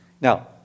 Now